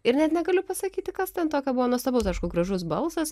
ir net negaliu pasakyti kas ten tokio buvo nuostabaus aišku gražus balsas